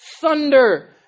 thunder